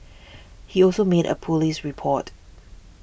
he also made a police report